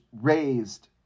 raised